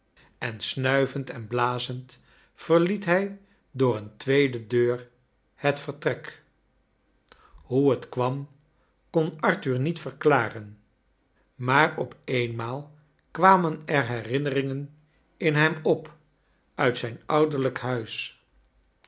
en snuivend en blazend verliet hij door een tweede deur het vertrek hoe t kwam kon arthur niet verklaren maar op eenmaal kwamen er herinneringen in hem op uit zijn ouderlijk huis